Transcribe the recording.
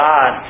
God